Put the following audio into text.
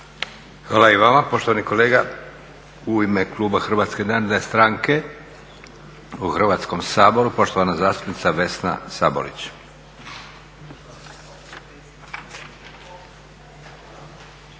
Hvala i vama poštovani kolega. U ime kluba Hrvatske narodne stranke u Hrvatskom saboru, poštovana zastupnica Vesna Sabolić.